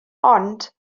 ond